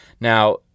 now